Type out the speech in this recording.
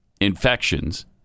infections